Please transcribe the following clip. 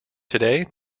today